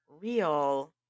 real